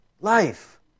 Life